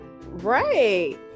right